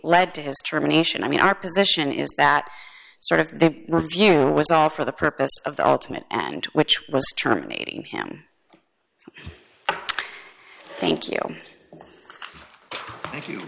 led to his termination i mean our position is that sort of view was off for the purpose of the ultimate end which was terminating him thank you thank you